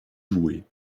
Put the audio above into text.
jouer